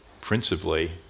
principally